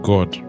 God